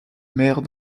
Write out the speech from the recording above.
mères